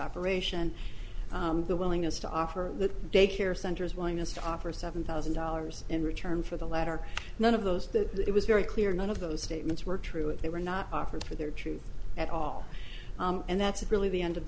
operation the willingness to offer the day care centers willingness to offer seven thousand dollars in return for the latter none of those that it was very clear none of those statements were true and they were not offered for their truth at all and that's really the end of the